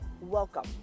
welcome